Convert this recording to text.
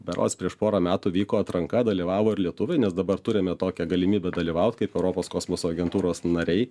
berods prieš porą metų vyko atranka dalyvavo ir lietuviai nes dabar turime tokią galimybę dalyvauti kaip europos kosmoso agentūros nariai